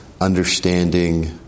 understanding